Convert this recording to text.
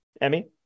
Emmy